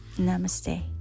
Namaste